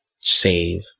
save